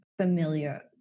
familiar